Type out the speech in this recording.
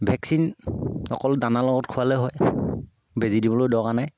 vaccine অকল দানাৰ লগত খোৱালে হয় বেজি দিবলৈ দৰকাৰ নাই